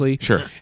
Sure